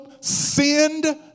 sinned